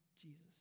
Jesus